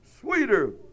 sweeter